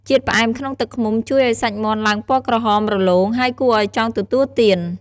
ជាតិផ្អែមក្នុងទឹកឃ្មុំជួយឱ្យសាច់មាន់ឡើងពណ៌ក្រហម រលោង ហើយគួរឱ្យចង់ទទួលទាន។